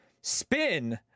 Spin